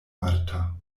marta